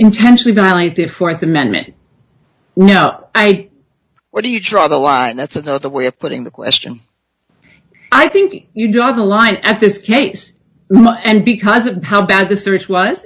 intentionally violate the th amendment you know i what do you draw the law and that's another way of putting the question i think you draw the line at this case and because of how bad the search w